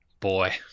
Boy